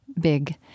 big